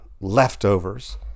leftovers